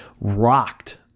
rocked